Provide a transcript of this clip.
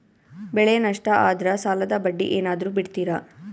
ಬೆಳೆ ನಷ್ಟ ಆದ್ರ ಸಾಲದ ಬಡ್ಡಿ ಏನಾದ್ರು ಬಿಡ್ತಿರಾ?